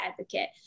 advocate